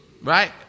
right